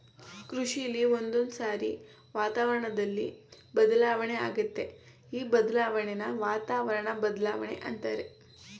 ಕೃಷಿಲಿ ಒಂದೊಂದ್ಸಾರಿ ವಾತಾವರಣ್ದಲ್ಲಿ ಬದಲಾವಣೆ ಆಗತ್ತೆ ಈ ಬದಲಾಣೆನ ವಾತಾವರಣ ಬದ್ಲಾವಣೆ ಅಂತಾರೆ